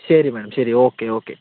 ശരി മേഡം ശരി okay okay